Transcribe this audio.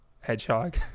hedgehog